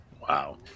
Wow